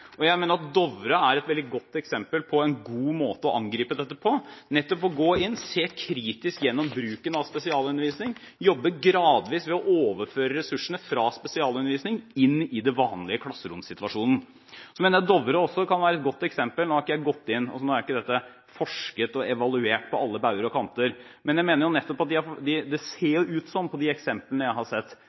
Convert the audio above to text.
Jeg mener at Dovre er et veldig godt eksempel på en god måte å angripe dette på, nettopp ved at man går inn og ser kritisk gjennom bruken av spesialundervisning og gradvis jobber med å overføre ressursene fra spesialundervisning til den vanlige klasseromssituasjonen. Jeg mener Dovre kan være et godt eksempel på flere måter. Det er ikke forsket på og evaluert på alle bauger og kanter, men det ser ut som, i de eksemplene jeg har sett, at man der også har forstått en annen viktig ting, og det